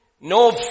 no